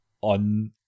on